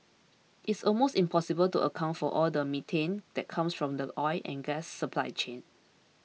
it's almost impossible to account for all the methane that comes from the oil and gas supply chain